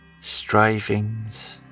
strivings